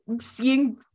seeing